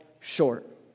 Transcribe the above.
short